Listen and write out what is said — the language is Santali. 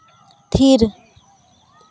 ᱛᱷᱤᱨ